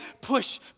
push